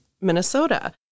Minnesota